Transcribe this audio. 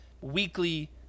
weekly